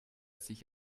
sich